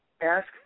ask